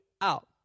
out